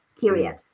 period